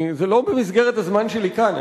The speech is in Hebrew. זה לא במסגרת הזמן שלי כאן.